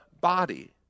body